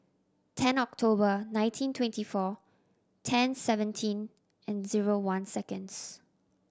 ten October nineteen twenty four ten seventeen and zero one seconds